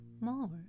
more